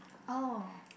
oh